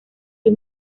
sus